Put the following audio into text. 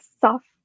soft